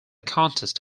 contest